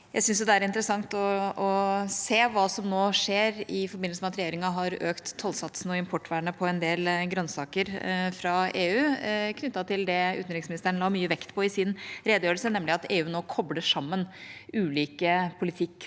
Jeg synes det er interessant å se hva som nå skjer i forbindelse med at regjeringa har økt tollsatsen og importvernet på en del grønnsaker fra EU, knyttet til det utenriksministeren la mye vekt på i sin redegjørelse, nemlig at EU nå kobler sammen ulike politikk-